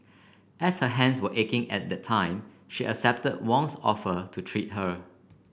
as her hands were aching at that time she accept Wong's offer to treat her